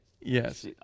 Yes